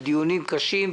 ודיונים קשים,